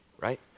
right